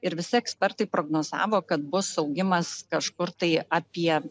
ir visi ekspertai prognozavo kad bus augimas kažkur tai apie